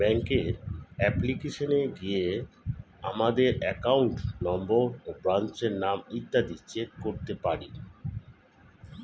ব্যাঙ্কের অ্যাপ্লিকেশনে গিয়ে আমাদের অ্যাকাউন্ট নম্বর, ব্রাঞ্চের নাম ইত্যাদি চেক করতে পারি